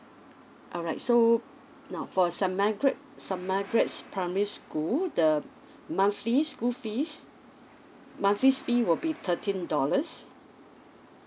alright so now for saint margaret saint margaret's primary school the monthly school fees monthly s~ fee will be thirteen dollars